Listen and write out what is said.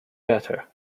better